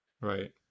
Right